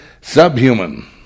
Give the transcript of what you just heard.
Subhuman